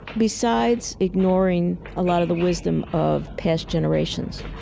besides ignoring a lot of the wisdom of past generations,